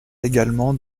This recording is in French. également